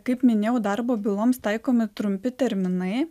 kaip minėjau darbo byloms taikomi trumpi terminai